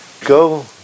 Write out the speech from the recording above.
go